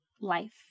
life